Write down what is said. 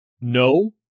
no